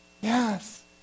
yes